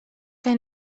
que